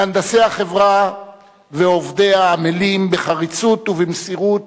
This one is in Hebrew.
מהנדסי החברה ועובדיה עמלים בחריצות ובמסירות